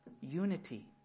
Unity